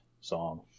song